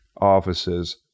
offices